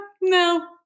no